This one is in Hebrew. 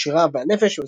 השירה והנפש,